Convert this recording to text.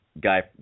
guy